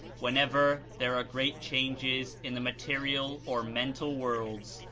whenever there are great changes in the material or mental worlds,